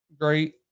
great